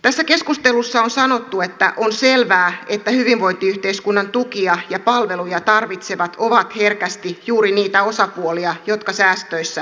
tässä keskustelussa on sanottu että on selvää että hyvinvointiyhteiskunnan tukia ja palveluja tarvitsevat ovat herkästi juuri niitä osapuolia jotka säästöissä kärsivät